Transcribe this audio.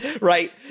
Right